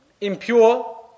impure